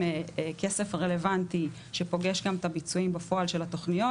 כסף רלוונטי שפוגש גם את הביצועים בפועל של התוכניות,